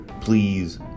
Please